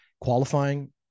qualifying